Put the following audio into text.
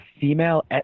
female